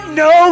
no